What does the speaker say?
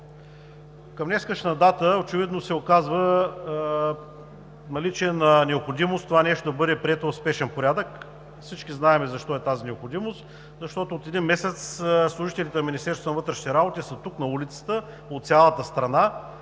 Към днешна дата очевидно се оказва наличие на необходимост това нещо да бъде прието в спешен порядък. Всички знаем защо е тази необходимост – защото от един месец служителите на Министерството на вътрешните работи са тук, на улицата, в цялата страна,